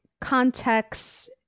context